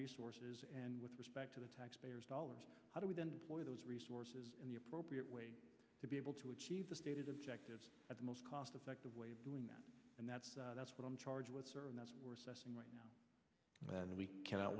resources and with respect to the taxpayer dollars how do we then for those resources in the appropriate way to be able to achieve the stated objective of the most cost effective way of doing that and that's that's what i'm charged with and we cannot